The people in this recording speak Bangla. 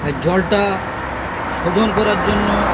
এই জলটা শোধন করার জন্য